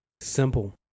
Simple